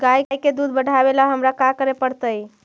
गाय के दुध बढ़ावेला हमरा का करे पड़तई?